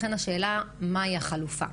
לכן השאלה היא מהי החלופה.